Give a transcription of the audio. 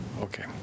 Okay